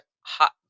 hot